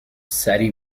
سریع